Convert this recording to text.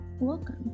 Welcome